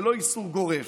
זה לא איסור גורף.